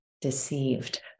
deceived